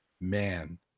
man